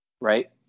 Right